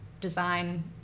design